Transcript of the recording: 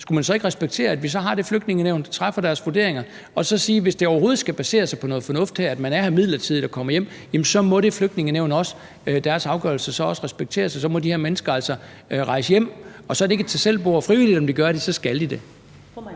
skulle man ikke så respektere, at vi har Flygtningenævnet, der laver deres vurderinger, og sige, at hvis det overhovedet skal basere sig på noget fornuft her, altså at man er her midlertidigt og kommer hjem, må Flygtningenævnets afgørelse så også respekteres, og så må de her mennesker altså rejse hjem, og så er det ikke et tag selv-bord, hvor de frivilligt kan gøre det, men så skal de det?